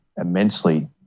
immensely